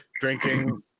drinking